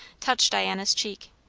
touched diana's cheek.